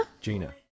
Gina